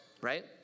right